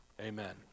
Amen